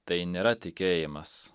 tai nėra tikėjimas